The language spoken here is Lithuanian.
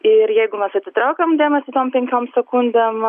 ir jeigu mes atitraukiam dėmesį tom penkiom sekundėm